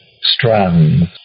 strands